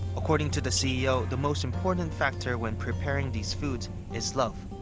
according to the ceo, the most important factor when preparing these foods is love.